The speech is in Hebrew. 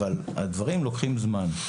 אבל הדברים לוקחים זמן.